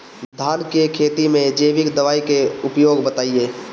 धान के खेती में जैविक दवाई के उपयोग बताइए?